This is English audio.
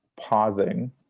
pausing